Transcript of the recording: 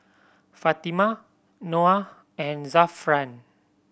Fatimah Noah and Zafran